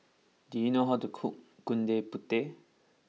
do you know how to cook Gudeg Putih